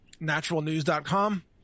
naturalnews.com